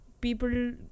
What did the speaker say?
people